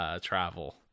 travel